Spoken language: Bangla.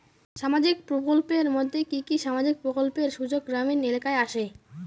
সামাজিক প্রকল্পের মধ্যে কি কি সামাজিক প্রকল্পের সুযোগ গ্রামীণ এলাকায় আসে?